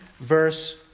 verse